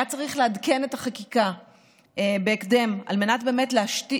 היה צריך לעדכן את החקיקה בהקדם על מנת להניח